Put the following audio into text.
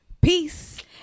Peace